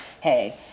hey